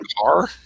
car